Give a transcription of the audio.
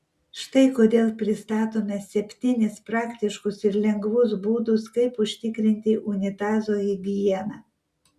štai kodėl pristatome septynis praktiškus ir lengvus būdus kaip užtikrinti unitazo higieną